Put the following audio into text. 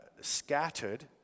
scattered